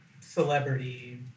celebrity